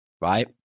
Right